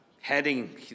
heading